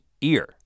ear